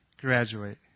graduate